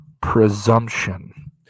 presumption